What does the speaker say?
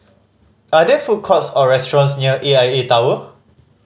are there food courts or restaurants near A I A Tower